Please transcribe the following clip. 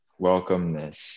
welcomeness